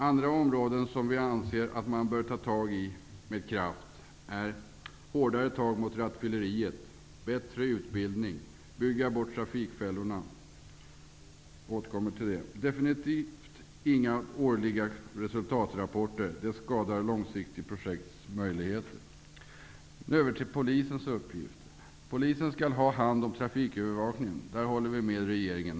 Andra åtgärder som vi anser att man med kraft bör ta itu med är hårdare tag mot rattfylleriet, bättre utbildning och att trafikfällorna byggs bort. Återkommer till det. Definitivt inga årliga resultatrapporter. De skadar långsiktiga projekts möjligheter. Över till Polisens uppgifter. Polisen skall ha hand om trafikövervakningen. Där håller vi med regeringen.